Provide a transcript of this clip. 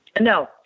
No